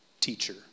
teacher